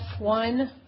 F1